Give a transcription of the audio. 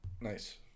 Nice